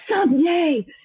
someday